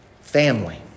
family